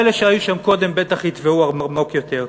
ואלה שהיו שם קודם בטח יטבעו עמוק יותר.